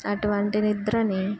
అటువంటి నిద్రని